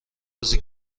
روزی